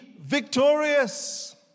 Victorious